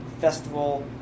festival